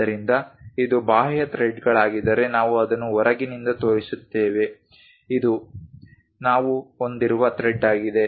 ಆದ್ದರಿಂದ ಇದು ಬಾಹ್ಯ ಥ್ರೆಡ್ಗಳಾಗಿದ್ದರೆ ನಾವು ಅದನ್ನು ಹೊರಗಿನಿಂದ ತೋರಿಸುತ್ತೇವೆ ಇದು ನಾವು ಹೊಂದಿರುವ ಥ್ರೆಡ್ ಆಗಿದೆ